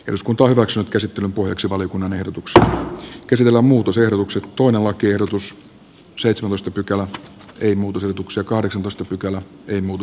eduskunta korhosen ehdotuksesta äänestetään valiokunnan ehdotuksena on käsitellä muutosehdotukset tuoda lakiehdotus seitsemäs pykälä ei muutu solutuksen kahdeksantoista pykälä ehdotusta vastaan